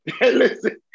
Listen